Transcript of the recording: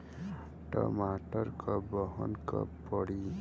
टमाटर क बहन कब पड़ी?